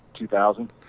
2000